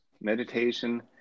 meditation